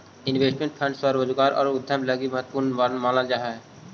investment fund स्वरोजगार या उद्यम लगी महत्वपूर्ण मानल जा हई